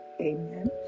Amen